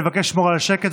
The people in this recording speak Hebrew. אני מבקש לשמור על השקט,